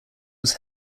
was